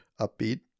upbeat